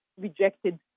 rejected